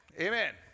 Amen